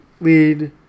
lead